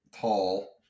tall